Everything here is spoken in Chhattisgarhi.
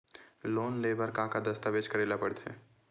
लोन ले बर का का दस्तावेज करेला पड़थे?